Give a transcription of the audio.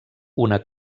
una